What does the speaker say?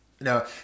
no